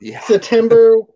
September